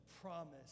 promise